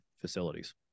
facilities